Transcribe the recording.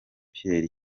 pierre